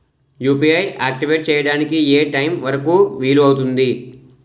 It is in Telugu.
యు.పి.ఐ ఆక్టివేట్ చెయ్యడానికి ఏ టైమ్ వరుకు వీలు అవుతుంది?